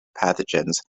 pathogens